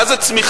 מה זה צמיחה?